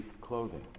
clothing